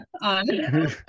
on